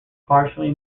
partially